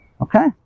Okay